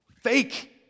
fake